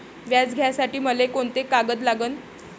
व्याज घ्यासाठी मले कोंते कागद लागन?